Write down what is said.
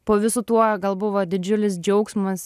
po visu tuo gal buvo didžiulis džiaugsmas